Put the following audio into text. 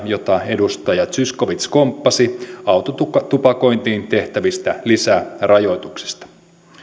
jota edustaja zyskowicz komppasi autotupakointiin tehtävistä lisärajoituksista